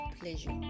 pleasure